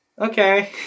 okay